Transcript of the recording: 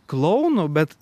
klounu bet